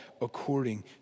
according